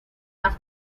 las